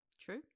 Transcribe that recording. True